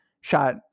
shot